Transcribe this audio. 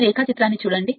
ఈ రేఖాచిత్రాన్ని చూడండి